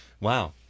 Wow